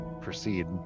proceed